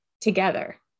together